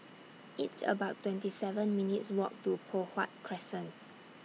It's about twenty seven minutes' Walk to Poh Huat Crescent